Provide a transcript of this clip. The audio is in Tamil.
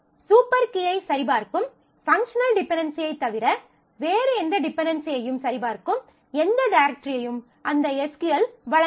சூப்பர் கீயை சரிபார்க்கும் பங்க்ஷனல் டிபென்டென்சியைத் தவிர வேறு எந்த டிபென்டென்சியையும் சரிபார்க்கும் எந்த டிரெக்ட்ரியையும் அந்த SQL வழங்காது